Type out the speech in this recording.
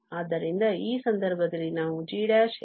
ಆದ್ದರಿಂದ ಈ ಸಂದರ್ಭದಲ್ಲಿ ನಾವು g ಸಮಾನತೆಯನ್ನು ಈ ಸರಣಿಗೆ ಹೊಂದಿದ್ದೇವೆ